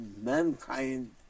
mankind